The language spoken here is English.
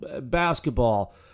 basketball